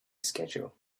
schedule